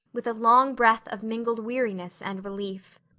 with a long breath of mingled weariness and relief.